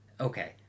okay